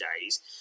days